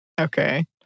Okay